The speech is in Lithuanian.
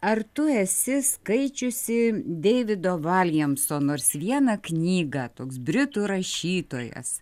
ar tu esi skaičiusi deivido valjemso nors vieną knygą toks britų rašytojas